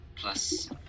Plus